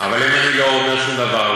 אבל אם אני לא אומר שום דבר,